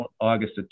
August